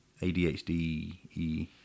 ADHD